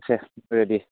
ready